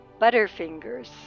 Butterfingers